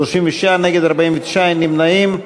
36, נגד, 49, אין נמנעים.